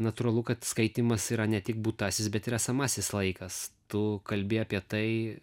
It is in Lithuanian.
natūralu kad skaitymas yra ne tik būtasis bet ir esamasis laikas tu kalbi apie tai